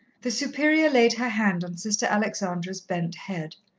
the superior laid her hand on sister alexandra's bent head.